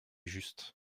juste